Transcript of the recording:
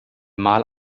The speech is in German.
mal